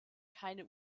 keine